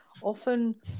often